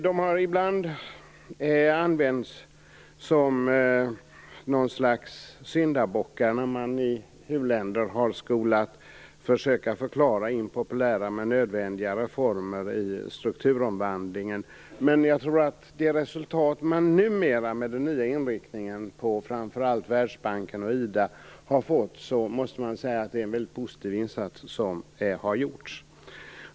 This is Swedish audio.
De har ibland använts som något slags syndabockar när man i u-länder har skolat försöka förklara impopulära men nödvändiga reformer i strukturomvandlingen, men jag tror att man måste säga att det är en väldigt positiv insats som har gjorts med tanke på det resultat man har fått med den nya inriktningen på framför allt Världsbanken och IDA.